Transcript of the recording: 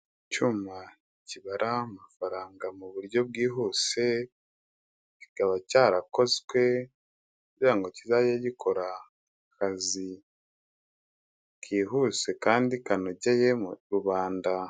Icyuma kibara amafaranga mu buryo bwihuse, kikaba cyarakozwe kugira ngo kizajye gikora akazi kihuse kandi kanogeye rubanda.